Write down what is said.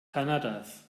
kanadas